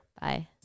Bye